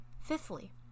Fifthly